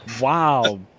wow